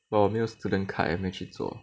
but 我没有 student card leh 没有去做